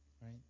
right